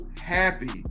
happy